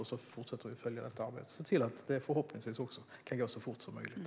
Vi fortsätter att följa detta arbete och hoppas att det kan gå så fort som möjligt.